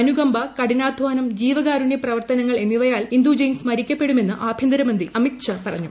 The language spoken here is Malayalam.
അനുകമ്പ കഠിനാധാനം ജീവകാരുണ്യ പ്രവർത്തനങ്ങൾ എന്നിവയാൽ ഇന്ദു ജെയിൻ സ്മരിക്കപ്പെടുമെന്ന് ആഭ്യന്തരമന്ത്രി അമിത് ഷാ പറഞ്ഞു